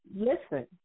listen